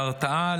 להרתעה,